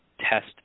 test